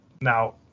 Now